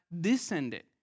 descended